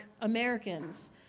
Americans